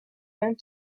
and